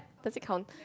does it count